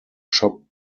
shop